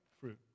fruit